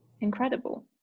incredible